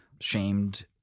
shamed